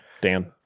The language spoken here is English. Dan